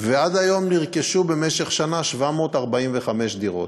ועד היום נרכשו, במשך שנה, 745 דירות,